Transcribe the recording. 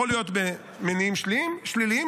יכול להיות במניעים שליליים,